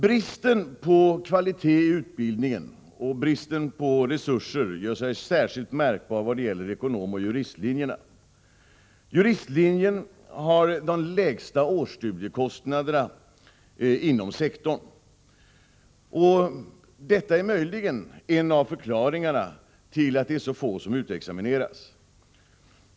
Bristen på kvalitet i utbildningen och bristen på resurser gör sig särskilt märkbar vad gäller ekonomoch juristlinjerna. Juristlinjen har de lägsta årsstudiekostnaderna inom sektorn. Detta är möjligen en av förklaringarna till att så få utexamineras.